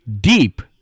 deep